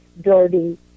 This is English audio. dirty